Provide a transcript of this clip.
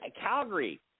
Calgary